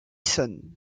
sonne